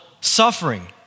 suffering